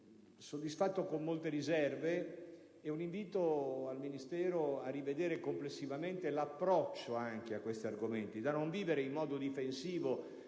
soddisfatto, ma con molte riserve, ed invito il Ministero a rivedere complessivamente l'approccio a questi argomenti, da non vivere in modo difensivo,